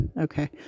Okay